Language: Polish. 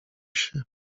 się